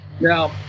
Now